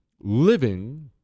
living